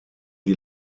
die